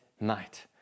night